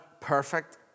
perfect